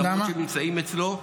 למרות שנמצאים אצלו -- למה?